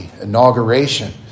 inauguration